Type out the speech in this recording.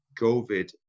COVID